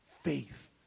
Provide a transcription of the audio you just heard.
Faith